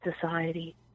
society